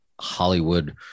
Hollywood